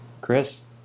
Chris